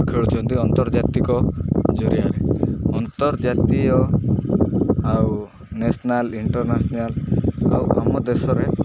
ଖେଳୁଛନ୍ତି ଅନ୍ତର୍ଜାତିକ ଜରିଆରେ ଅନ୍ତର୍ଜାତୀୟ ଆଉ ନ୍ୟାସନାଲ୍ ଇଣ୍ଟରନ୍ୟାସନାଲ୍ ଆଉ ଆମ ଦେଶରେ